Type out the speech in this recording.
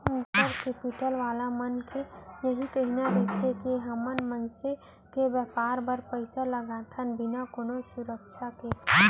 venture capital वाला मन के इही कहिना रहिथे के हमन मनसे के बेपार बर पइसा लगाथन बिना कोनो सुरक्छा के